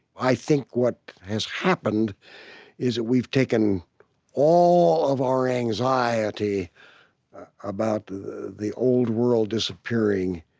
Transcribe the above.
i think what has happened is that we've taken all of our anxiety about the the old world disappearing,